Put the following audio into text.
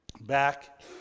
back